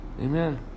Amen